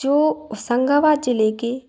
जो संगाबाद ज़िले के